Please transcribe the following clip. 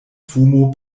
fumo